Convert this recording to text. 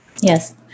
Yes